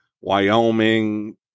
Wyoming